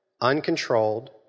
uncontrolled